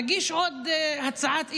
נגיש עוד הצעת אי-אמון,